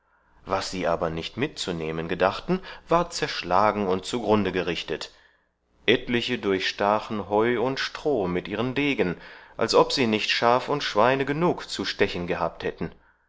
was sie aber nicht mitzunehmen gedachten ward zerschlagen und zugrunde gerichtet etliche durchstachen heu und stroh mit ihren degen als ob sie nicht schaf und schweine genug zu stechen gehabt hätten